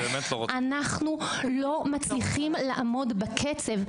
אנחנו לא מצליחים לעמוד בקצב.